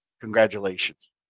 congratulations